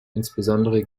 insbesondere